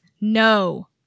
no